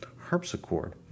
harpsichord